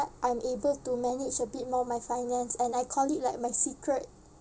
I'm able to manage a bit more of my finance and I call it like my secret